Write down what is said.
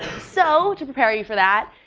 so to prepare you for that,